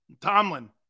Tomlin